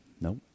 Nope